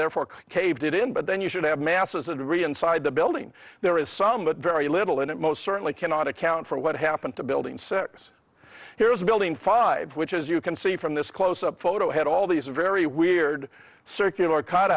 therefore caved in but then you should have masses of debris inside the building there is some but very little and it most certainly cannot account for what happened to buildings sense here is a building five which as you can see from this close up photo had all these very weird circular